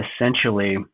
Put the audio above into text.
essentially